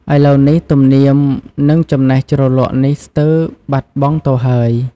ឥឡូវនេះ ទំនៀម និងចំណេះជ្រលក់នេះស្ទើរបាត់បង់ទៅហើយ។